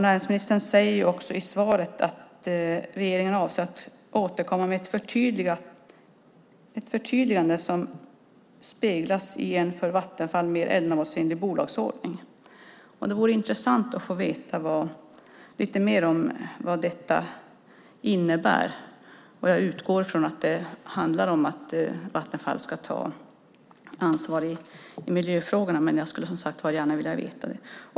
Näringsministern säger också i svaret att regeringen avser att återkomma med ett förtydligat uppdrag som speglas i en för Vattenfall mer ändamålsenlig bolagsordning. Det vore intressant att få veta lite mer om vad detta innebär. Jag utgår ifrån att det handlar om att Vattenfall ska ta ansvar i miljöfrågorna, men jag skulle gärna vilja veta det.